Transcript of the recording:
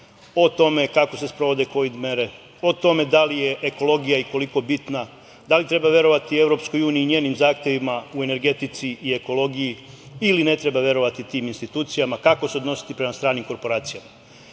o tome kako se sprovode kovid mere, o tome da li je ekologija i koliko bitna, da li treba verovati EU i njenim zahtevima u energetici i ekologiji ili ne treba verovati tim institucijama, kako se odnositi prema stranim korporacijama. Znači,